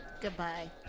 Goodbye